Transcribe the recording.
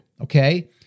okay